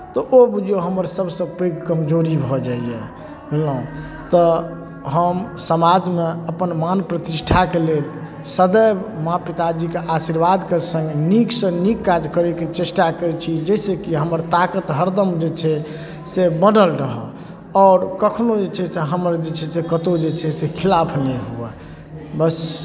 तऽ ओ बुझियौ हमर सभसँ पैघ कमजोरी भऽ जाइए बुझलहुँ तऽ हम समाजमे अपन मान प्रतिष्ठाके लेल सदैव माँ पिताजीके आशीर्वादके सङ्ग नीकसँ नीक काज करैके चेष्टा करै छी जाहिसँ कि हमर ताकत हरदम जे छै से बनल रहय आओर कखनो जे छै से हमर जे छै से कतहु जे छै से खिलाफ नहि हुए बस